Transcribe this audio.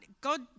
God